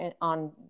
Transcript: on